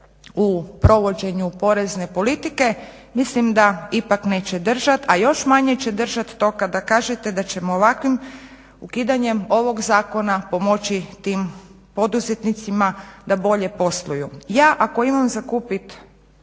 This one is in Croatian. u provođenju porezne politike, mislim da ipak neće držati, a još manje će držati to kada kažete da ćemo ovakvim ukidanjem ovog zakona pomoći tim poduzetnicima da bolje posluju. Ja ako imam za kupiti